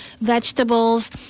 vegetables